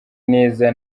neza